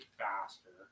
faster